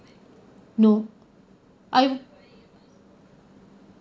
no I